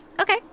Okay